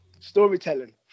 Storytelling